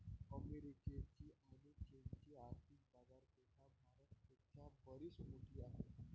अमेरिकेची आणी चीनची आर्थिक बाजारपेठा भारत पेक्षा बरीच मोठी आहेत